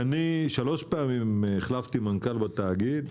שלוש פעמים החלפתי מנכ"ל בתאגיד.